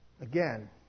Again